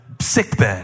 sickbed